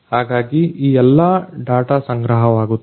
ಹಾಗಾಗಿ ಈ ಎಲ್ಲಾ ಡಾಟಾ ಸಂಗ್ರಹವಾಗುತ್ತದೆ